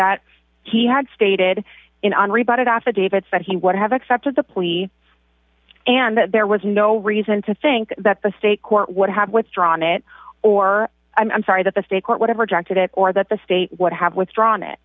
that he had stated in an rebut affidavits that he would have accepted the plea and that there was no reason to think that the state court would have withdrawn it or i'm sorry that the state court whatever jack did it or that the state would have withdrawn it